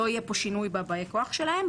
לא יהיו שינוי של באי הכוח שלהם,